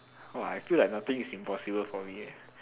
oh I feel like nothing is impossible for me leh